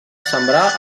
sembrar